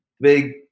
big